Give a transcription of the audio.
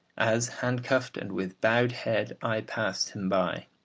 as, handcuffed and with bowed head, i passed him by.